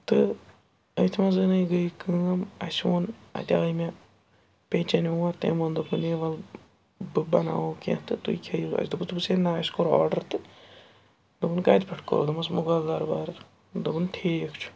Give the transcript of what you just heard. تہٕ أتھۍ منٛزنَے گٔے کٲم اَسہِ ووٚن اَتہِ آے مےٚ پیٚچیٚنۍ اور تٔمۍ ووٚن دوٚپُن ہے وَل بہٕ بَناوو کیٚنٛہہ تہٕ تُہۍ کھیٚیِو اَسہِ دوٚپُس دوٚپُس ہے نَہ اَسہِ کوٚر آرڈَر تہٕ دوٚپُن کَتہِ پٮ۪ٹھ کوٚروٗ دوٚپمَس مُغل دربار دوٚپُن ٹھیٖک چھُ